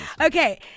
Okay